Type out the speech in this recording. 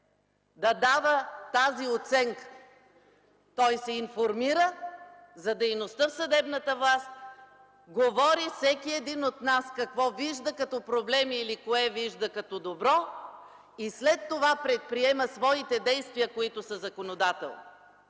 да дава тази оценка! Той се информира за дейността в съдебната власт, всеки от нас говори какво вижда като проблем или кое вижда като добро и след това предприема своите действия, които са законодателни!